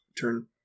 Turn